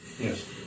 Yes